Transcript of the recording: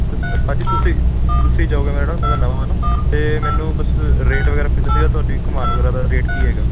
ਤੁਸ ਭਾਅ ਜੀ ਤੁਸੀਂ ਤੁਸੀਂ ਜਾਓਗੇ ਮੇਰੇ ਨਾਲ ਮੈਂ ਤਾਂ ਨਵਾਂ ਆ ਨਾ ਤਾਂ ਮੈਨੂੰ ਬਸ ਰੇਟ ਵਗੈਰਾ ਤੁਸੀਂ ਦੱਸਿਓ ਤੁਹਾਡੀ ਘੁਮਾਉਣ ਵਗੈਰਾ ਦਾ ਰੇਟ ਕੀ ਹੈਗਾ